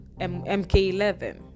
mk11